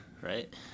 right